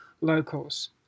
locals